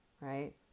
right